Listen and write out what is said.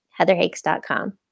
heatherhakes.com